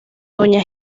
doña